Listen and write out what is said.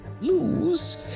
Lose